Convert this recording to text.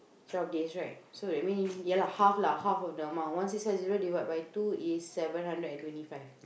twelve days right so you mean ya lah half lah half of the amount half one six five zero divide by two is seven hundred and twenty five